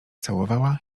całowała